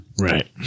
Right